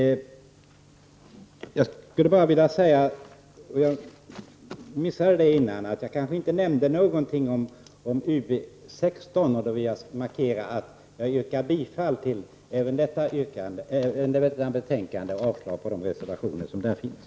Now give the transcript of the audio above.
Jag skulle vilja säga något som jag kanske missade tidigare. Jag kanske inte nämnde någonting om utbildningsutskottets betänkande nr 16, och jag vill därför nu markera att jag yrkar bifall till hemställan även i detta betänkande och avslag på de reservationer som där finns.